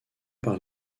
par